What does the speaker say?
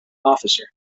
officer